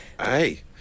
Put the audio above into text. Hey